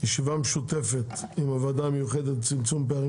ישיבה משותפת על הוועדה המיוחדת לצמצום פערים